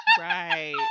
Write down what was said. Right